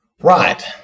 Right